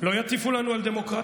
לא יטיפו לנו על דמוקרטיה,